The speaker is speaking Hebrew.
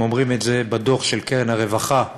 הם אומרים את זה בדוח של קרן הרווחה,